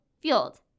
fueled